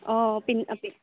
অঁ পিন